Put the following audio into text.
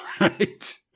Right